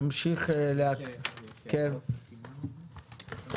תמשיך להקריא לנו את סימן ד'.